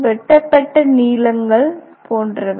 வெட்டப்பட்ட நீளங்கள் போன்றவை